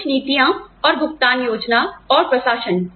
कुछ नीतियां और भुगतान योजना और प्रशासन